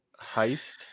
heist